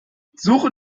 suche